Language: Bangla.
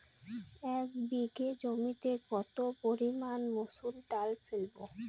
এক বিঘে জমিতে কত পরিমান মুসুর ডাল ফেলবো?